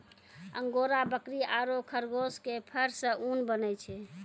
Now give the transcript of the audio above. angora बकरी आरो खरगोश के फर सॅ ऊन बनै छै